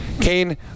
Kane